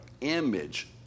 image